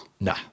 No